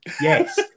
Yes